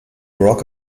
rock